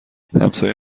همسایه